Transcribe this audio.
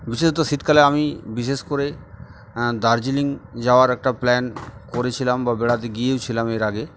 বিশেষত শীতকালে আমি বিশেষ করে দার্জিলিং যাওয়ার একটা প্ল্যান করেছিলাম বা বেড়াতে গিয়েওছিলাম এর আগে